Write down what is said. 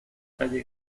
calle